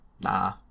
Nah